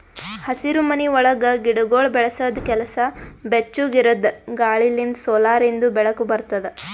ಹಸಿರುಮನಿ ಒಳಗ್ ಗಿಡಗೊಳ್ ಬೆಳಸದ್ ಕೆಲಸ ಬೆಚ್ಚುಗ್ ಇರದ್ ಗಾಳಿ ಲಿಂತ್ ಸೋಲಾರಿಂದು ಬೆಳಕ ಬರ್ತುದ